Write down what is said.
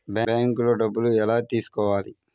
బ్యాంక్లో డబ్బులు ఎలా తీసుకోవాలి?